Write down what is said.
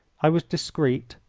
i was discreet.